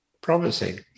promising